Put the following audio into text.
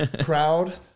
Crowd